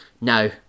No